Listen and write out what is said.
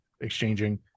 exchanging